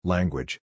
Language